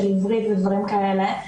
של עברית ודברים כאלה,